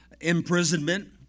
imprisonment